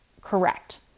correct